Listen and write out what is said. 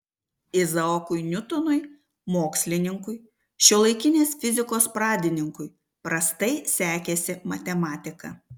izaokui niutonui mokslininkui šiuolaikinės fizikos pradininkui prastai sekėsi matematika